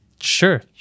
sure